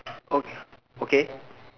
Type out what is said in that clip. okay okay